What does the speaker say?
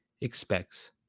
expects